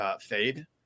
Fade